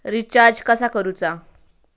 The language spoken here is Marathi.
रिचार्ज कसा करूचा?